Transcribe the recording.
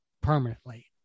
permanently